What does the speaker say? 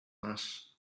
mass